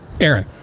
Aaron